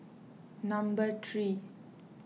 number three